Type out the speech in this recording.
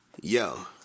Yo